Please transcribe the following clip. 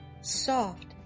Soft